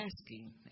asking